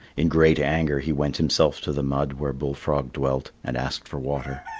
in great anger he went himself to the mud where bull frog dwelt and asked for water.